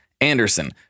Anderson